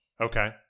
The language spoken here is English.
Okay